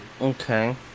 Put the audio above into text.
Okay